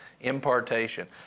impartation